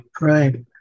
right